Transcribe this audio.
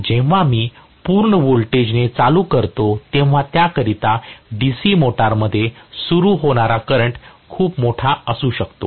जेव्हा मी पूर्ण व्होल्टेजने चालू करतो तेव्हा त्याकरिता DC मोटारमध्ये सुरू होणारा करंट खूप मोठा असू शकतो